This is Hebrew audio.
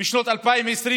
בשנת 2020,